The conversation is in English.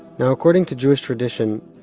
yeah according to jewish tradition,